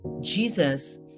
Jesus